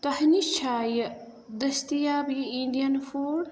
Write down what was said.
تۄہہِ نِش چھا یہِ دٔستِیاب یہِ اِنڈِین فُڈ